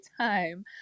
time